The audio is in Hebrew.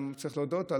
להודות: